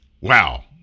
Wow